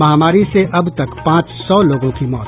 महामारी से अब तक पांच सौ लोगों की मौत